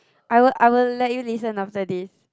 I will I will let you listen after this